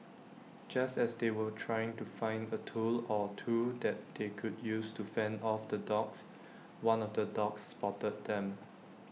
just as they were trying to find A tool or two that they could use to fend off the dogs one of the dogs spotted them